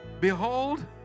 behold